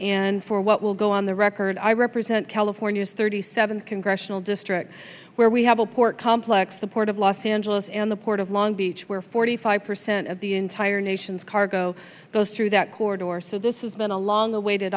and for what will go on the record i represent california's thirty seventh congressional district where we have a port complex the port of los angeles and the port of long beach where forty five percent of the entire nation's cargo goes through that corridor or so this has been a long awaited